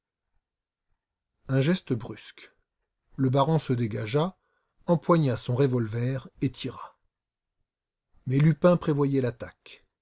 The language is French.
un geste brusque le baron se dégagea empoigna son revolver et tira mais lupin prévoyait l'attaque